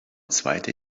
zweite